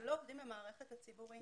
לא עובדים במערכת הציבורית.